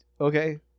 okay